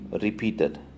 repeated